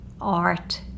art